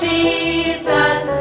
Jesus